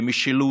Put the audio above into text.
למשילות,